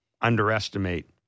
underestimate